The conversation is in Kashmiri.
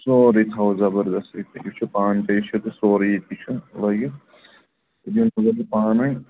سورُے تھاوَو زَبَردَس پٲٹھۍ تُہۍ وُچھِو پانہٕ تہِ سورُے یہِ تہِ چھُ لٲگِتھ یِم تُلن یِم پانے